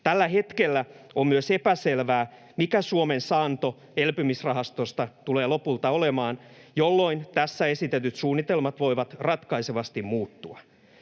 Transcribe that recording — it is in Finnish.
Tällä hetkellä on myös epäselvää, mikä Suomen saanto elpymisrahastosta tulee lopulta olemaan, jolloin tässä esitetyt suunnitelmat voivat ratkaisevasti muuttua.